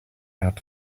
out